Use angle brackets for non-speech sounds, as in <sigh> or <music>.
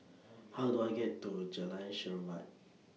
<noise> How Do I get to Jalan Chermat